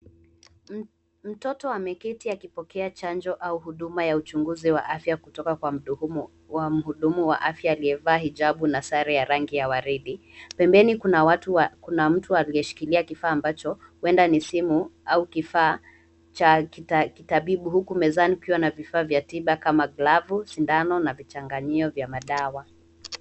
Mtoto ameketi akipokea chanjo au huduma ya uchunguzi wa afya kutoka kwa mhudumu wa afya aliyevaa hijabu na sare za rangi ya waridi. Pembeni kuna mtu aliyeshikilia kifaa ambacho huenda ni simu au kifaa cha kitabibu huku mezani ikiwa na vifaa vya tiba kama glavu, sindano na vichanganyio vya madawa.